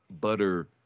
butter